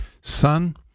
son